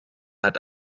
hat